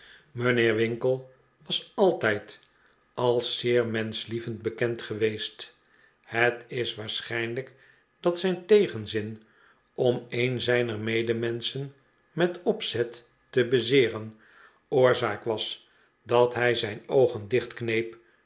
mijnheer winkle was altijd als zeer menschlievend bekend geweest het is waarschijnlijk dat zijn tegenzin om een zijner medemenschen met opzet te bezeeren oorzaak was dat hij zijn oogen